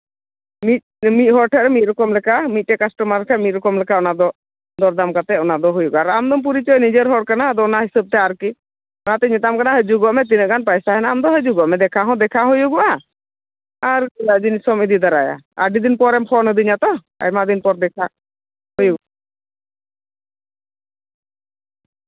ᱢᱤᱫ ᱦᱚᱲ ᱴᱷᱮᱡ ᱢᱤᱫ ᱨᱚᱠᱚᱢ ᱞᱮᱠᱟ ᱢᱤᱫ ᱴᱮᱡ ᱠᱟᱥᱴᱚᱢᱟᱨ ᱴᱷᱮᱡ ᱢᱤᱫ ᱨᱚᱠᱚᱢ ᱞᱮᱠᱟ ᱚᱱᱟ ᱫᱚ ᱫᱚᱨᱫᱟᱢ ᱠᱟᱛᱮ ᱚᱱᱟ ᱫᱚ ᱦᱩᱭᱩᱜᱼᱟ ᱟᱨ ᱟᱢ ᱫᱚᱢ ᱯᱚᱨᱤᱪᱚᱭ ᱱᱤᱡᱮᱨ ᱦᱚᱲ ᱠᱟᱱᱟ ᱚᱱᱟ ᱦᱤᱥᱟᱹᱵ ᱛᱮ ᱟᱨᱠᱤ ᱚᱱᱟᱛᱮᱧ ᱢᱮᱛᱟᱢ ᱠᱟᱱᱟ ᱦᱤᱡᱩᱜᱚᱜ ᱢᱮ ᱛᱤᱱᱟᱹᱜ ᱜᱟᱱ ᱯᱟᱭᱥᱟ ᱦᱮᱱᱟᱜᱼᱟ ᱟᱢ ᱫᱚ ᱦᱤᱡᱩᱜᱚᱜ ᱢᱮ ᱫᱮᱠᱷᱟ ᱦᱚᱸ ᱫᱮᱠᱷᱟ ᱦᱩᱭᱩᱜᱚᱜᱼᱟ ᱟᱨ ᱡᱤᱱᱤᱥ ᱦᱚᱸᱢ ᱤᱫᱤ ᱫᱟᱨᱟᱭᱟ ᱟᱹᱰᱤ ᱫᱤᱱ ᱯᱚᱨᱮᱢ ᱯᱷᱳᱱᱟᱫᱮᱧᱟ ᱛᱚ ᱟᱭᱢᱟ ᱫᱤᱱ ᱯᱚᱨᱮ ᱫᱮᱠᱷᱟᱜ ᱦᱩᱭᱩᱜ